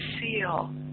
seal